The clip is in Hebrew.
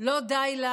לא די לה